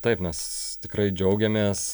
taip mes tikrai džiaugiamės